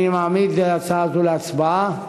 אני מעמיד הצעה זו להצבעה.